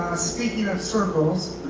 speaking of circles,